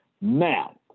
Now